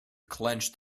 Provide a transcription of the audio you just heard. clenched